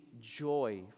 joy